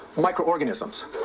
microorganisms